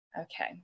Okay